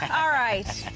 and alright!